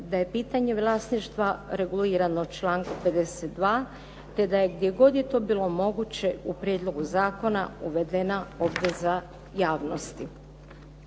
da je pitanje vlasništva regulirano člankom 52., te da je gdje god je to bilo moguće u prijedlogu zakona uvedena obveza javnosti.